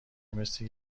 مثل